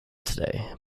today